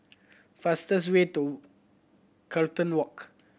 fastest way to Carlton Walk